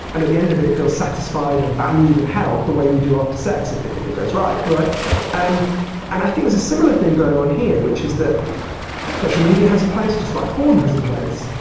and at the end of it, feels satisfied, and valued, and held the way you do after sex, if it if it goes right. and and i think there's a similar thing going on here, which is that social media has a place, just like porn has a place,